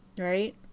Right